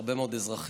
הרבה מאוד אזרחים,